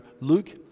Luke